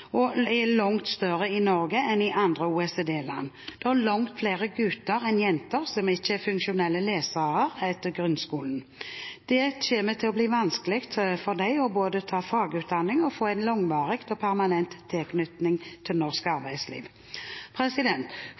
bekymringsfulle og er langt større i Norge enn i andre OECD-land. Det er langt flere gutter enn jenter som ikke er funksjonelle lesere etter grunnskolen. Det kommer til å bli vanskelig for dem både å ta fagutdanning og få en langvarig og permanent tilknytning til norsk arbeidsliv.